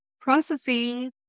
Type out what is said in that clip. processing